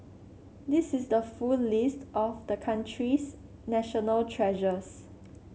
this is the full list of the country's national treasures